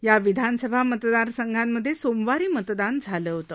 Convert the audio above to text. या विधानसभा मतदारसंघांमधे सोमवारी मतदान झालं होतं